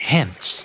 Hence